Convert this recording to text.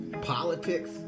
politics